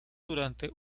durante